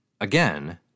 again